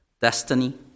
destiny